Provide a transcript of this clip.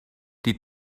die